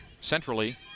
Centrally